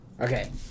Okay